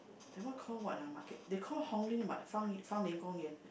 that one called what ah market they call Hong-Lim but Fang-Ling-Gong-Yuan